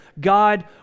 God